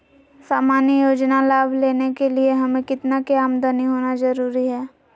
सामान्य योजना लाभ लेने के लिए हमें कितना के आमदनी होना जरूरी है?